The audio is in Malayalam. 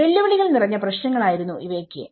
വെല്ലുവിളികൾ നിറഞ്ഞ പ്രശ്നങ്ങൾ ആയിരുന്നു ഇവയൊക്കെ